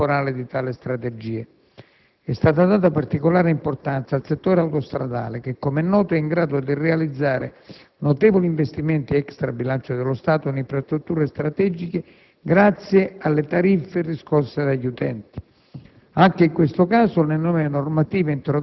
che consenta una ragionevole articolazione temporale di tale strategia. È stata data particolare importanza al settore autostradale che, come noto, è in grado di realizzare notevoli investimenti extra bilancio dello Stato in infrastrutture strategiche grazie alle tariffe riscosse dagli utenti.